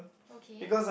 okay